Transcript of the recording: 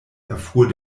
erfuhr